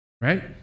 Right